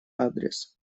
адрес